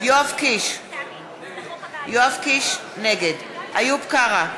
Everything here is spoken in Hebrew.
יואב קיש, נגד איוב קרא,